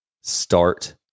Start